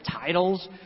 Titles